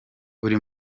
buri